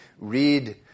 read